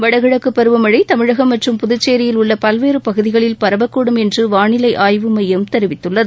வடகிழக்கு பருவமழை தமிழகம் மற்றும் புதுச்சேரியியல் உள்ள பல்வேறு பகுதிகளில் பரவக்கூடும் என்று வானிலை ஆய்வு மையம் தெரவித்துள்ளது